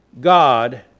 God